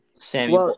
Sammy